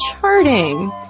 charting